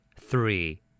Three